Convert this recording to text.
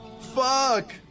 Fuck